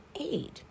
aid